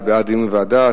זה בעד דיון בוועדה,